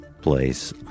place